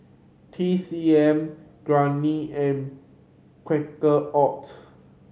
T C M Garnier and Quaker Oat